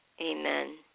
Amen